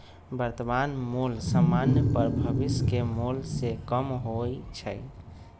वर्तमान मोल समान्य पर भविष्य के मोल से कम होइ छइ